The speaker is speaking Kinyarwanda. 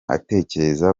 atekereza